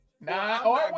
Nah